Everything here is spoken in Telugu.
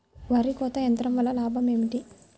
వరి కోత యంత్రం వలన లాభం ఏమిటి?